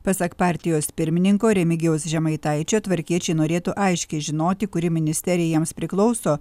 pasak partijos pirmininko remigijaus žemaitaičio tvarkiečiai norėtų aiškiai žinoti kuri ministerija jiems priklauso